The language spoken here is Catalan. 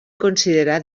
considerar